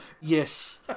Yes